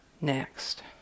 next